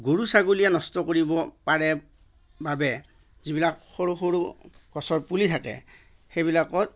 গৰু ছাগলীয়ে নষ্ট কৰিব পাৰে বাবে যিবিলাক সৰু সৰু গছৰ পুলি থাকে সেইবিলাকত